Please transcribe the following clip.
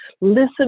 listen